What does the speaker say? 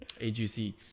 AGC